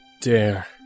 dare